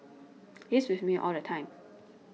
he's with me all the time